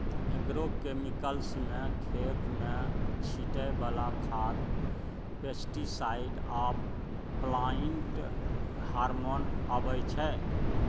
agrochemicals मे खेत मे छीटय बला खाद, पेस्टीसाइड आ प्लांट हार्मोन अबै छै